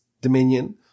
Dominion